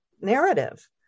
narrative